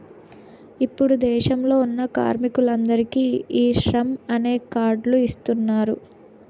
ఇప్పుడు దేశంలో ఉన్న కార్మికులందరికీ ఈ శ్రమ్ అనే కార్డ్ లు ఇస్తున్నారు